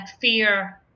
fear